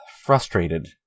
frustrated